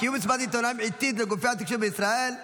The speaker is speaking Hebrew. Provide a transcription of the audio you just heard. קיום מסיבת עיתונאים עיתית לגופי התקשורת בישראל),